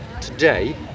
today